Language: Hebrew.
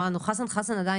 חסן אמר לנו.